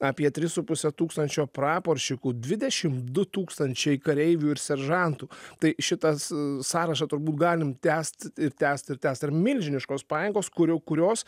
apie tris su puse tūkstančio praporščikų dvidešimt du tūkstančiai kareivių ir seržantų tai šitas sąrašą turbūt galim tęst ir tęst ir tęst yra milžiniškos pajėgos kurių kurios